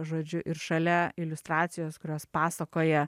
žodžiu ir šalia iliustracijos kurios pasakoja